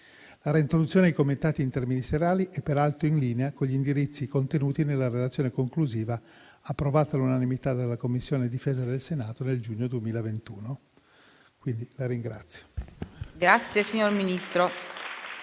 La reintroduzione dei comitati interministeriali è, peraltro, in linea con gli indirizzi contenuti nella relazione conclusiva, approvata all'unanimità dalla Commissione difesa del Senato nel giugno 2021. PRESIDENTE.